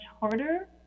harder